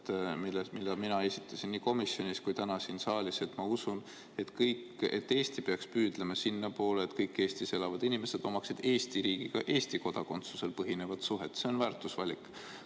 mida mina esitasin nii komisjonis kui ka täna siin saalis. Ma usun, et Eesti peaks püüdlema sinnapoole, et kõigil Eestis elavatel inimestel oleks Eesti riigiga Eesti kodakondsusel põhinev suhe. See on väärtusvalik.